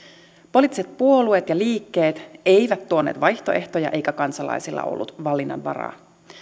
poliittiset puolueet ja liikkeet eivät tuoneet vaihtoehtoja eikä kansalaisilla ollut valinnanvaraa